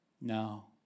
no